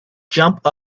jump